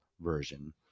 version